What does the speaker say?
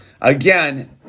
again